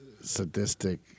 sadistic